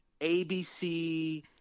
ABC